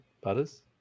butters